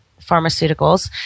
pharmaceuticals